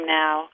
now